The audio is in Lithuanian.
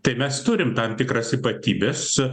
tai mes turim tam tikras ypatybes